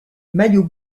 maillot